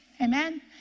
Amen